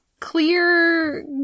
Clear